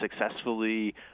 successfully